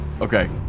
Okay